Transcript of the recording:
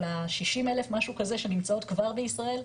אבל ה- 60,000 משהו כזה שנמצאות כבר בישראל,